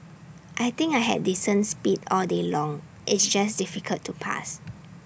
I think I had decent speed all day long it's just difficult to pass